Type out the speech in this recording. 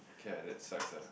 okay ah that sucks ah